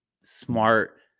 smart